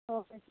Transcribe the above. okay